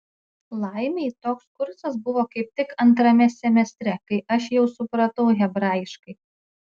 laimei toks kursas buvo kaip tik antrame semestre kai aš jau supratau hebrajiškai